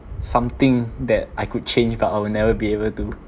something that I could change but I will never be able to